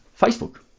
Facebook